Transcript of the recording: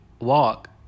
walk